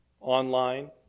online